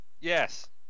Yes